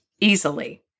easily